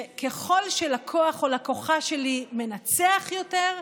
ככל שלקוח או לקוחה שלי מנצח יותר,